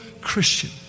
Christian